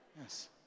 Yes